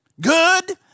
Good